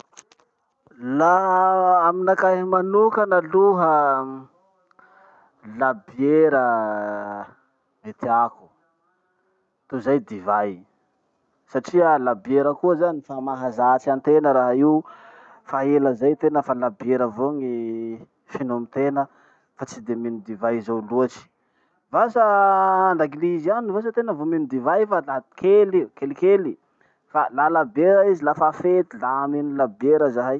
Laha aminakahy manokana aloha, labiera ty tiako tozay divay. Satria labiera koa zany fa mahazatsy antena raha io, fa ela zay tena fa labiera avao ny finomitena fa tsy de mino divay zao loatsy. Vasa andaglizy any vasa tena vo mino divay fa la kely io, kelikely. Fa laha labiera izy, lafa fety la mino labiera zahay.